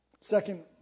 Second